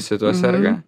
visi tuo serga